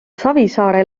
savisaare